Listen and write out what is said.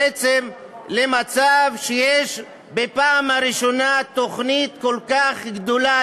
למצב שיש בפעם הראשונה תוכנית כל כך גדולה,